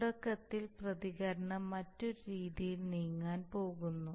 തുടക്കത്തിൽ പ്രതികരണം മറ്റൊരു രീതിയിൽ നീങ്ങാൻ പോകുന്നു